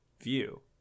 view